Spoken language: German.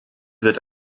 wird